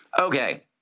Okay